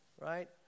right